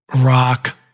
rock